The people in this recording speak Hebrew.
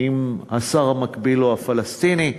עם השר המקביל לו, הפלסטיני.